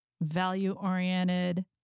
value-oriented